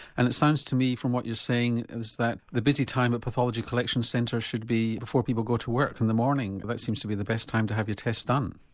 and it sounds to me from what you're saying is that the busy time at pathology collection centres should be before people go to work in the morning, that seems to be the best time to have your tests done.